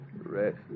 rest